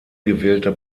gewählte